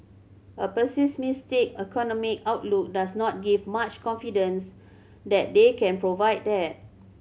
a pessimistic economic outlook does not give much confidence that they can provide that